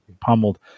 pummeled